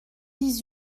dix